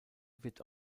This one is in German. wird